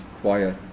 quiet